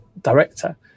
director